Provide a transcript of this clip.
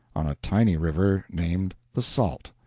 tiny river named the salt.